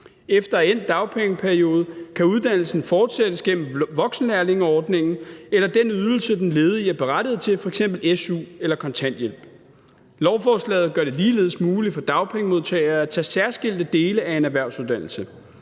Efter endt dagpengeperiode kan uddannelsen fortsættes gennem voksenlærlingeordningen eller den ydelse, som den ledige er berettiget til, f.eks. su eller kontanthjælp. Lovforslaget gør det ligeledes muligt for dagpengemodtagere at tage særskilte dele af en erhvervsuddannelse.